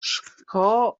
sco